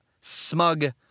smug